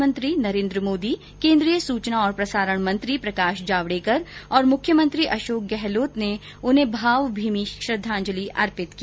इस अवसर पर प्रधानमंत्री नरेन्द्र मोदी केन्द्रीय सूचना और प्रसारण मंत्री प्रकाश जावडेकर और मुख्यमंत्री अशोक गहलोत ने उन्हें भावभीनी श्रद्दाजलि अर्पित की